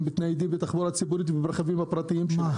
והם מתניידים בתחבורה ציבורית עם הרכבים הפרטיים שלהם.